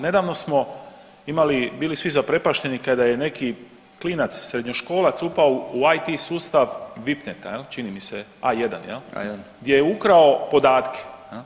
Nedavno smo imali, bili zaprepašteni kada je neki klinac srednjoškolac upao u IT sustav Vipneta čini mi se, A1 gdje je ukrao podatke.